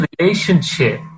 relationship